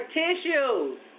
tissues